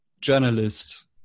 journalist